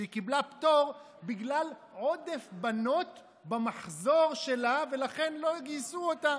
שהיא קיבלה פטור בגלל עודף בנות במחזור שלה ולכן לא גייסו אותה,